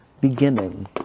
beginning